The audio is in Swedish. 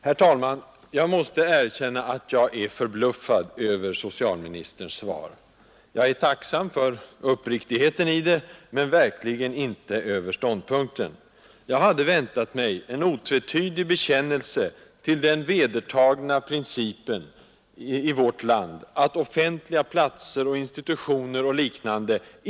Herr talman! Jag måste erkänna att jag är förbluffad över socialministerns svar. Jag är tacksam för uppriktigheten i det, men verkligen inte över ståndpunkten. Jag hade väntat mig en otvetydig bekännelse till den i vårt land vedertagna principen att offentliga platser, institutioner etc.